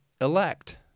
elect